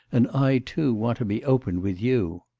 and i too want to be open with you.